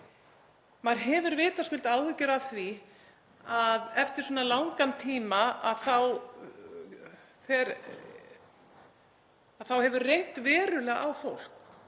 Maður hefur vitaskuld áhyggjur af því að eftir svona langan tíma hafi reynt verulega á fólk